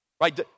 right